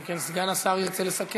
אלא אם כן סגן השר ירצה לסכם.